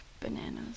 bananas